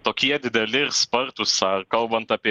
tokie dideli ir spartūs ar kalbant apie